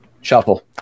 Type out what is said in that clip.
shuffle